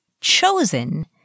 chosen